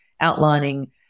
outlining